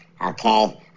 Okay